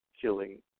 killing